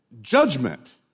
judgment